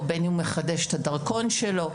בין אם הוא מחדש את הדרכון שלו,